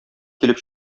килеп